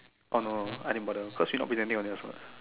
oh no I didn't bother cause she not presenting on it also [what]